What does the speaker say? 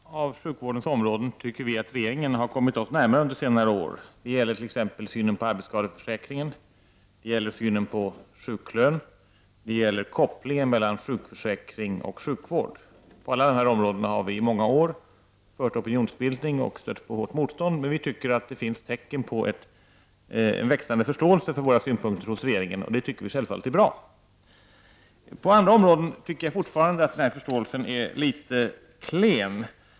Herr talman! På några av sjukvårdens områden tycker vi i folkpartiet att regeringen har kommit oss närmare under senare år. Det gäller t.ex. synen på arbetsskadeförsäkringen, synen på sjuklön och kopplingen mellan sjukförsäkring och sjukvård. På alla dessa områden har vi i många år arbetat i opinionsbildande syfte och stött på motstånd. Men vi tycker att det finns tecken på en växande förståelse hos regeringen för våra synpunkter, och det är självfallet bra. På andra områden tycker jag fortfarande att denna förståelse är litet klen.